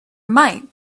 might